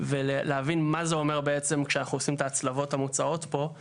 ולהבין מה זה אומר בעצם כשאנחנו עושים את ההצעות המוצעות פה.